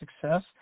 success